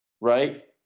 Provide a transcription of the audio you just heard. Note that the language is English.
Right